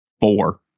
Four